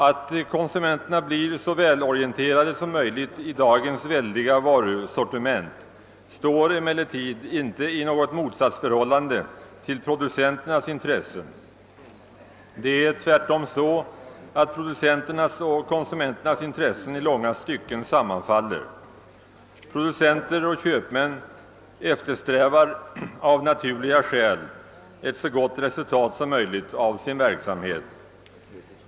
Att konsumenterna blir så välorienterade som möjligt om dagens väldiga varusortiment står emellertid inte i något motsatsförhållande till producenternas intressen. Tvärtom sammanfaller producenternas och konsumenternas intressen i långa stycken. Producenter och köpmän eftersträvar av naturliga skäl ett så gott resultat som möjligt av sin verksamhet.